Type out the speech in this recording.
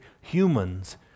humans